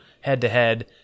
head-to-head